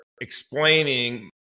explaining